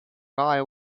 guy